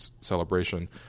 celebration